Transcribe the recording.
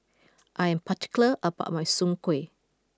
I am particular about my Soon Kway